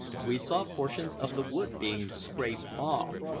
we saw portions of the wood being scraped off.